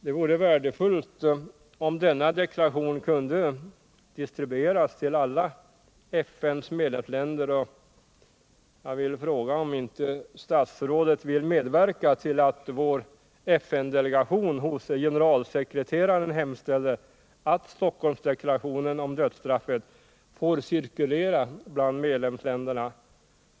Det vore värdefullt om denna deklaration kunde distribueras till alla FN:s medlemsländer. Jag vill fråga om inte statsrådet vill medverka till att vår FN-delegation hos generalsekreteraren hemställer att Stockholmsdeklarationen om dödsstraffet får cirkulera bland medlemsländerna.